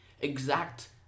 exact